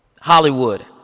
Hollywood